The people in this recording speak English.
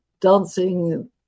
dancing